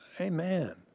Amen